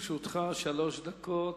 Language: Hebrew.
לרשותך שלוש דקות.